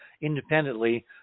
independently